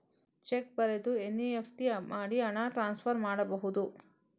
Check ಬರೆದು NEFT ಮಾಡಿ ಹಣ ಟ್ರಾನ್ಸ್ಫರ್ ಮಾಡಬಹುದು?